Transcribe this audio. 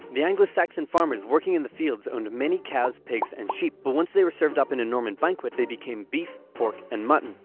the anglo-saxon farmers working in the fields owned many cows, pigs, and sheep, but once they were served up in a norman banquet, they became beef, pork, and mutton.